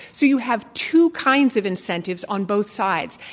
so you have two kinds of incentives on both sides.